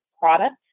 product